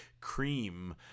cream